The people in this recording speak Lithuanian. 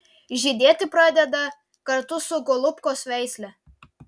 žydėti pradeda kartu su golubkos veisle